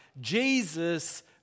Jesus